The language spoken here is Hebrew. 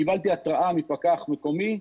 קיבלתי התרעה מפקח מקומי: